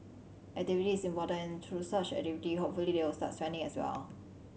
activity is important and through such activity hopefully they will start spending as well